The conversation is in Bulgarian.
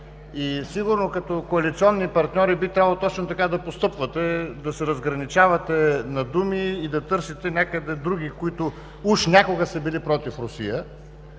Сигурно като коалиционни партньори би трябвало точно така да постъпвате – да се разграничавате на думи и да търсите други, които уж някога са били против Русия.